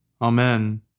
Amen